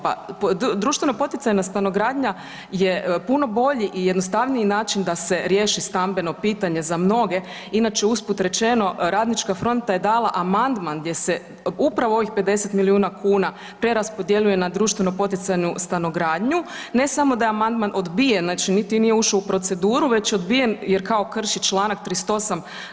Pa društveno-poticajna stanogradnja je puno bolji i jednostavniji način da se riješi stambeno pitanje za mnoge, inače usput rečeno, radnička fronta je dala amandman gdje se upravo ovih 50 milijuna kuna preraspodjeljuje na društveno-poticajnu stanogradnju, ne samo da je amandman odbijen, znači niti nije ušao u proceduru već je odbijen jer kao krši čl. 38.